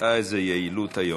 איזו יעילות היום,